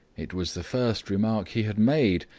it was the first remark he had made,